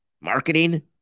marketing